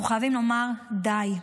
אנחנו חייבים לומר, די.